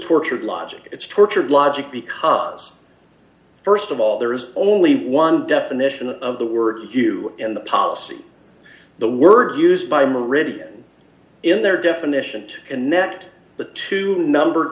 tortured logic it's tortured logic because st of all there is only one definition of the word you in the policy the words used by meridian in their definition to connect the two numbered